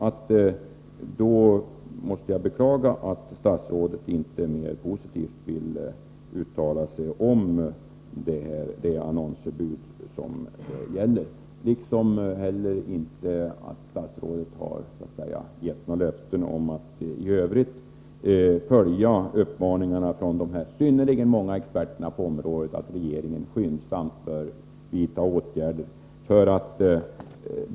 Därför måste jag beklaga att statsrådet inte mer positivt vill uttala sig för ett sådant annonsförbud, liksom att statsrådet inte heller har gett några löften om att i Övrigt följa uppmaningarna från de synnerligen många experterna på området att skyndsamt vidta åtgärder.